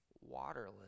waterless